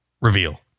reveal